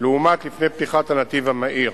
לעומת לפני פתיחת הנתיב המהיר.